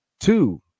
two